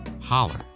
Holler